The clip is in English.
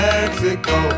Mexico